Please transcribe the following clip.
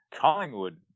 Collingwood